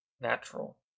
natural